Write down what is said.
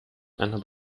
einer